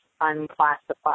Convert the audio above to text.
unclassified